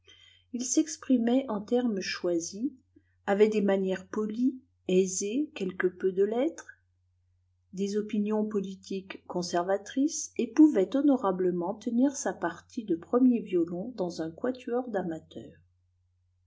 il s'exprimait en termes choisis avait des manières polies aisées quelque peu de lettres des opinions politiques conservatrices et pouvait honorablement tenir sa partie de premier violon dans un quatuor d'amateurs